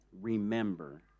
Remember